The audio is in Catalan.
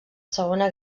segona